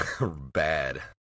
bad